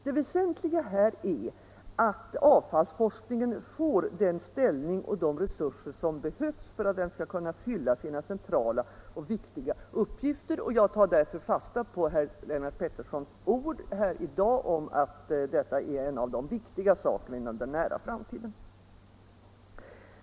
Det väsentliga här är att avfallsforskningen får den ställning och de resurser som behövs för att den skall kunna fylla sina centrala och viktiga uppgifter. Jag tar därför fasta på herr Lennart Petterssons ord i dag om att detta är en av de viktiga sakerna inom den nära framtiden.